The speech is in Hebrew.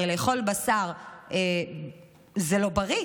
הרי לאכול בשר זה לא בריא,